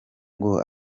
ngo